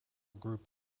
group